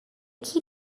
key